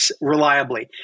reliably